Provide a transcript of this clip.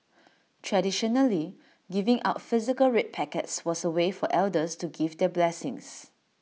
traditionally giving out physical red packets was A way for elders to give their blessings